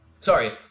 Sorry